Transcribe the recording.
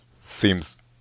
Seems